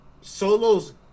Solo's